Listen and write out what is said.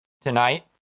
tonight